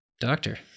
Doctor